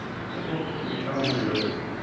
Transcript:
i was like what? could you tell me how you really feel?